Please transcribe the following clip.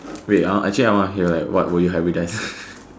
wait hor actually I wanna hear eh what woud you hybridize